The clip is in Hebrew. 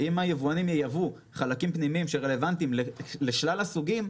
אם היבואנים ייבאו חלקים פנימיים שרלוונטיים לשלל הסוגים,